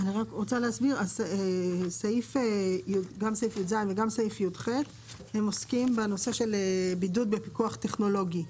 גם סעיף יז וגם סעיף יח עוסקים בנושא של בידוד בפיקוח טכנולוגי.